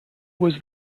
was